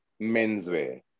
menswear